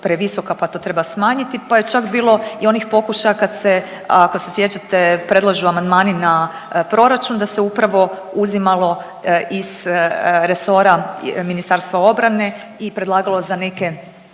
pa to treba smanjiti. Pa je čak bilo i onih pokušaja kada se ako se sjećate predlažu amandmani na proračun da se upravo uzimalo iz resora Ministarstva obrane i predlagalo za neke